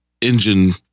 engine